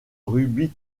ruby